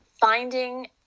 finding